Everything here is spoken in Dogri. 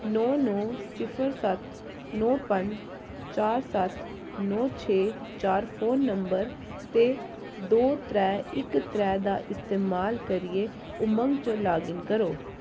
नौ नौ सिफर सत्त नौ पंज चार सत्त नौ छे चार फोन नंबर ते दो त्रै इक त्रै दा इस्तेमाल करियै उमंग च लाग इन करो